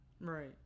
right